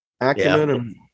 acumen